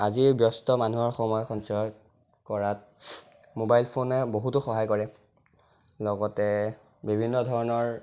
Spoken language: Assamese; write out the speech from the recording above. আজিৰ ব্য়স্ত মাানুহৰ সময় সঞ্চয় কৰাত ম'বাইল ফোনে বহুতো সহায় কৰে লগতে বিভিন্ন ধৰণৰ